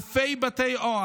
אלפי בתי אב